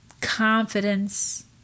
Confidence